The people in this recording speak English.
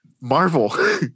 Marvel